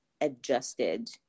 adjusted